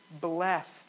blessed